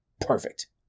Perfect